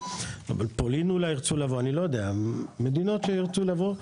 אבל פולין אולי ירצו לבוא לעבוד כאן,